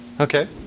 Okay